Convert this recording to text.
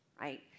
right